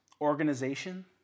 organization